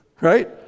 Right